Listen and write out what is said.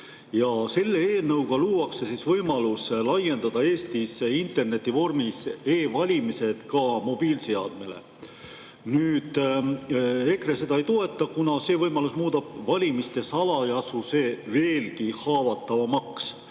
Selle eelnõuga luuakse võimalus laiendada Eestis internetis [toimuvad] e‑valimised ka mobiilseadmele. EKRE seda ei toeta, kuna see võimalus muudab valimiste salajasuse veelgi haavatavamaks.